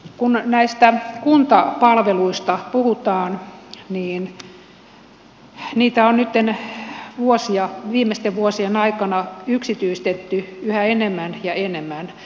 kun näistä kuntapalveluista puhutaan niin niitä on nyt viimeisten vuosien aikana yksityistetty yhä enemmän ja enemmän